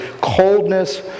coldness